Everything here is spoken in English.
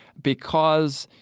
because,